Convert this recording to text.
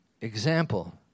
Example